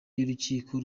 y’urukiko